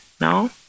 no